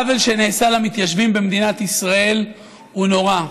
העוול שנעשה למתיישבים במדינת ישראל הוא נורא.